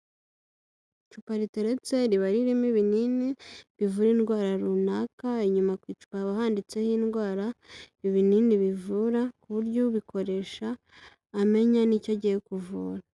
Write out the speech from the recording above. Icupa riteretse riba ririmo ibinini bivura indwara runaka inyuma ku icupa haba handitseho indwara, ibinini bivura ku buryo ubikoresha amenya n'icyo agiye kuvura.